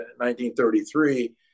1933